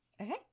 Okay